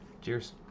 Cheers